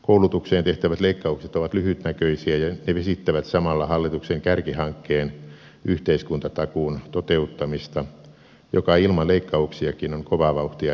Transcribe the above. koulutukseen tehtävät leikkaukset ovat lyhytnäköisiä ja vesittävät samalla hallituksen kärkihankkeen yhteiskuntatakuun toteuttamista joka ilman leikkauksiakin on kovaa vauhtia epäonnistumassa